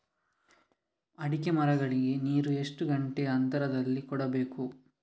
ಅಡಿಕೆ ಮರಗಳಿಗೆ ನೀರು ಎಷ್ಟು ಗಂಟೆಯ ಅಂತರದಲಿ ಕೊಡಬೇಕು?